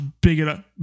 bigger